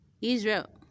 Israel